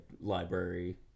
library